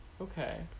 okay